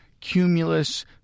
cumulus